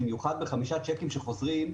במיוחד במקרה של חמישה צ'קים שחוזרים,